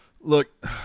look